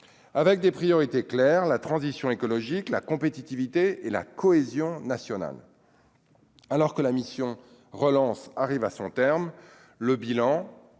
avec des priorités claires la transition écologique, la compétitivité et la cohésion nationale, alors que la mission relance arrive à son terme le bilan,